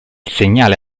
segnale